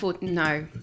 No